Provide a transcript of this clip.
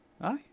Aye